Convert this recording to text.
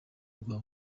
rwa